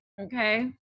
Okay